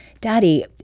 Daddy